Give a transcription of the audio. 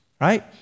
Right